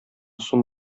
сум